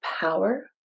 power